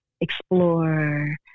explore